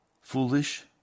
Foolish